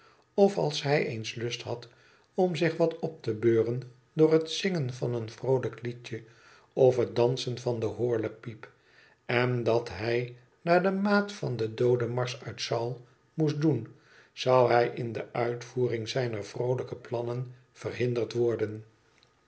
of als hij eens lust had om zich wat op te beuren door het zingen van een vroolijk liedje of het dansen van de horlepijp en dat hij naarde maat van den doodenmarsch uit saul moest doen zou hij m de uitvoering zijner vroolijke plannen verhinderd worden